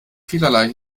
vielerlei